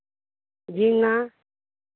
झीङ्गा